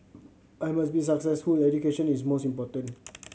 I must be successful education is most important